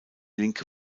linke